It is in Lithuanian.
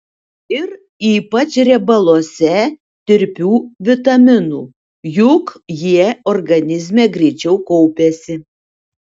ir ypač riebaluose tirpių vitaminų juk jie organizme greičiau kaupiasi